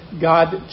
God